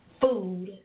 food